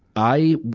i,